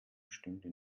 bestünde